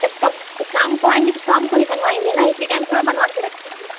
तो कब शाम को आएँगी तो शाम को ही बनवाएँगे ना इतने टाइम थोड़े बनवा के रखेंगे